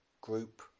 group